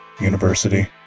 university